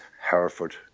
Hereford